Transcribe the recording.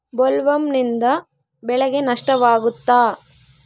ಬೊಲ್ವರ್ಮ್ನಿಂದ ಬೆಳೆಗೆ ನಷ್ಟವಾಗುತ್ತ?